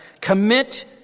Commit